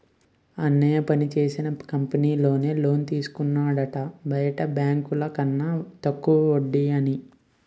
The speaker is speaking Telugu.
అన్నయ్య పనిచేస్తున్న కంపెనీలో నే లోన్ తీసుకున్నాడట బయట బాంకుల కన్న తక్కువ వడ్డీ అని